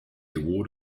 award